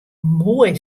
moai